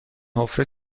حفره